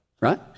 Right